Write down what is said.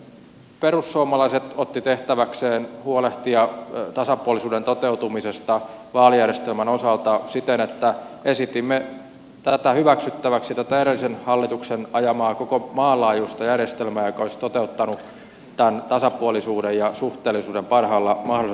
perussuomalaiset ottivat tehtäväkseen huolehtia tasapuolisuuden toteutumisesta vaalijärjestelmän osalta siten että esitimme hyväksyttäväksi edellisen hallituksen ajamaa koko maan laajuista järjestelmää joka olisi toteuttanut tämän tasapuolisuuden ja suhteellisuuden parhaalla mahdollisella tavalla